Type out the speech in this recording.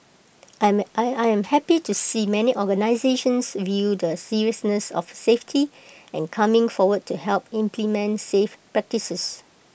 I am I I am happy to see many organisations view the seriousness of safety and coming forward to help implement safe practices